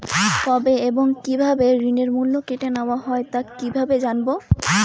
কবে এবং কিভাবে ঋণের মূল্য কেটে নেওয়া হয় তা কিভাবে জানবো?